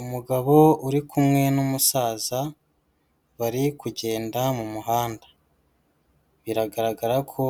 Umugabo uri kumwe n'umusaza, bari kugenda mu muhanda. Biragaragara ko